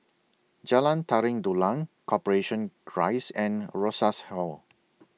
Jalan Tari Dulang Corporation Rise and Rosas Hall